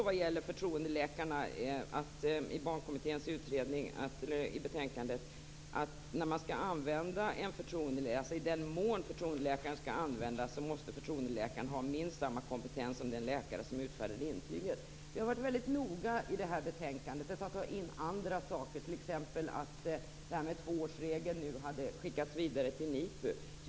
Vad gäller förtroendeläkarna står det också i Barnkommitténs betänkande att i den mån förtroendeläkare skall användas måste förtroendeläkaren ha minst samma kompetens som den läkare som utfärdade intyget. Vi har varit väldigt noga i det här betänkandet med att ta in andra saker, t.ex. att ett förslag om tvåårsregeln har skickats vidare till NIPU.